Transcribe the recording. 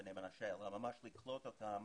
בני מנשה אלא ממש לקלוט אותם